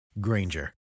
Granger